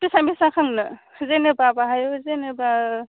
बेसेबां बेसेबां खांनो जेनेबा बाहाय जेनेबा